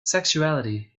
sexuality